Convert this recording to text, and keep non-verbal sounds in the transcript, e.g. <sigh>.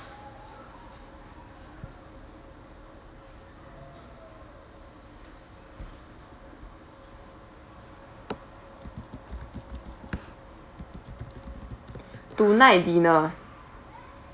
<breath> tonight dinner